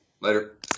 Later